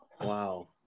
Wow